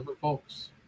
folks